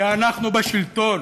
כי אנחנו בשלטון